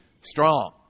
strong